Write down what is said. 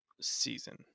season